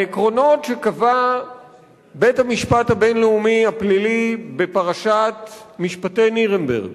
העקרונות שקבע בית-המשפט הבין-לאומי הפלילי בפרשת משפטי נירנברג